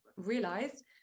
realized